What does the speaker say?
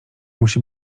musi